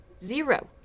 Zero